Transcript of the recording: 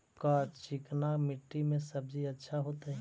का चिकना मट्टी में सब्जी अच्छा होतै?